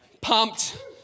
pumped